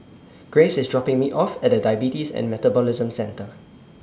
Grace IS dropping Me off At Diabetes and Metabolism Centre